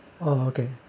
oh okay